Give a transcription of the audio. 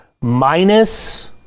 minus